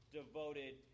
devoted